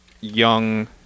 young